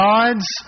God's